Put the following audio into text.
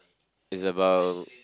it's about